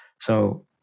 So-